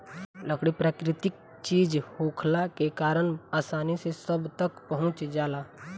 लकड़ी प्राकृतिक चीज होखला के कारण आसानी से सब तक पहुँच जाला